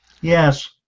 Yes